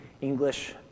English